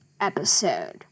episode